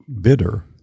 bitter